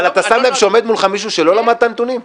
אבל אתה שם לב שעומד מולך מישהו שלא למד את הנתונים?